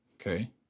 Okay